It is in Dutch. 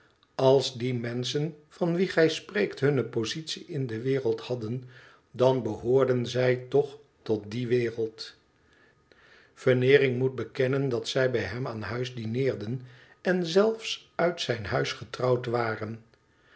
als die menschen van wien gij spreekt hunne positie in de wereld hadden dan behoorden zij toch tot die wereld veneering moet bekennen dat zij bij hem aan huis dineerden en zel uit zijn huis getrouwd waren